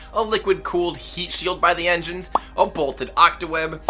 a liquid cooled heat shield by the engines, a bolted octaweb,